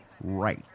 Right